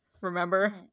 Remember